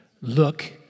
Look